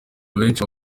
abenshi